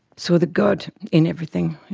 saw the god in everything,